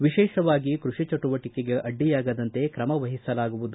ವಿಶೇಷವಾಗಿ ಕೃಷಿ ಚಟುವಟಿಕೆಗೆ ಅಡ್ಡಿಯಾಗದಂತೆ ಕ್ರಮ ವಹಿಸಲಾಗುವುದು